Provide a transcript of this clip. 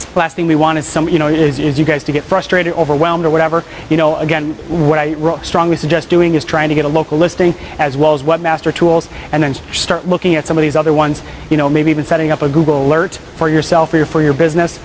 lasting we wanted some you know if you guys to get frustrated overwhelmed or whatever you know again what i strongly suggest doing is trying to get a local listing as well as webmaster tools and then start looking at some of these other ones you know maybe even setting up a google alert for yourself or for your business